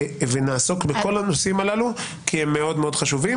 נעסוק בכל הנושאים הללו, כי הם מאוד מאוד חשובים.